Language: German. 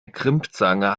crimpzange